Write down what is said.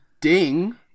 ding